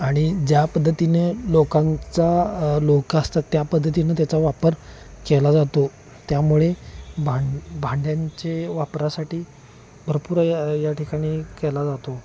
आणि ज्या पद्धतीनं लोकांचा लोकं असतात त्या पद्धतीनं त्याचा वापर केला जातो त्यामुळे भां भांड्यांचे वापरासाठी भरपूर या या ठिकाणी केला जातो